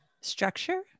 structure